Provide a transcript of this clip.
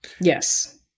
yes